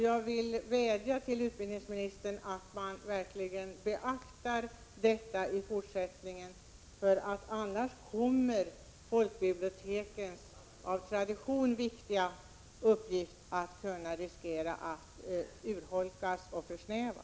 Jag vädjar således till utbildningsministern om att man verkligen beaktar detta i fortsättningen, för annars finns risken att folkbibliotekens av tradition viktiga uppgift kommer att riskera att urholkas och försnävas.